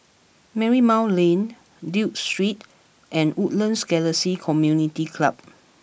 Marymount Lane Duke Street and Woodlands Galaxy Community Club